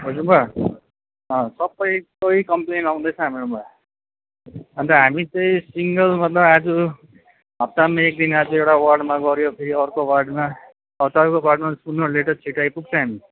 बुझ्नुभयो सबैकै कम्प्लेन आउँदैछ हाम्रोमा अन्त हामी चाहिँ सिङ्गल मतलब आज हप्तामा एक दिन आज एउटा वार्डमा गऱ्यो फेरि अर्को वार्डमा तपाईँको वार्डमा सुनर लेटर छिटो आइपुग्छ हामी